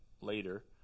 later